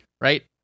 right